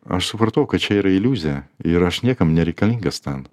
aš supratau kad čia yra iliuzija ir aš niekam nereikalingas ten